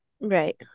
Right